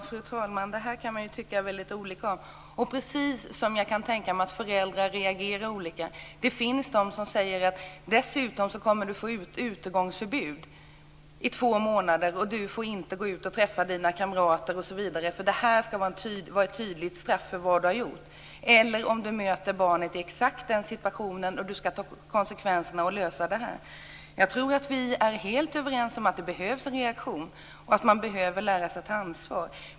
Fru talman! Man kan tycka väldigt olika om detta. Jag kan också tänka mig att föräldrar reagerar olika. Det finns de som säger: Dessutom kommer du att få utegångsförbud i två månader. Du får inte gå ut och träffa dina kamrater osv. Det här ska vara ett tydligt straff för vad du har gjort. Andra möter barnet i exakt den situationen för att ta konsekvenserna och lösa detta. Jag tror att vi är helt överens om att det behövs en reaktion och att man behöver lära sig att ta ansvar.